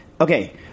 okay